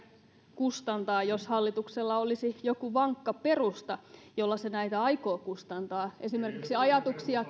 kustantaa jos hallituksella olisi joku vankka perusta jolla se näitä aikoo kustantaa esimerkiksi ajatuksia